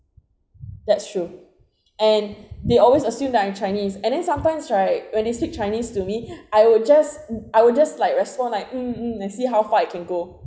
that's true and they always assume that I'm chinese and then sometimes right when they speak chinese to me I will just I will just like respond like mm mm and see how far it can go